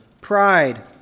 pride